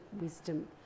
wisdom